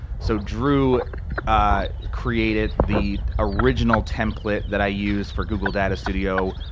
so drew created the original template that i used for google data studio.